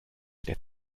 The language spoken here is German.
der